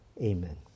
Amen